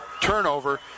turnover